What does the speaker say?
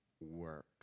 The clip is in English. work